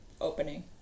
opening